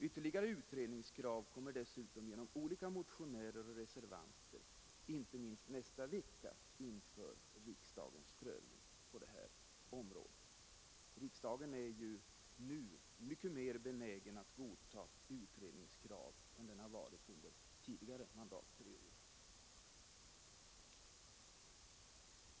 Ytterligare utredningskrav på det här området kommer dessutom genom olika motioner och reservationer, inte minst under nästa vecka, att underställas riksdagens prövning. Riksdagen är ju nu mycket mer benägen att bifalla utredningskrav än den varit under tidigare mandatperiod.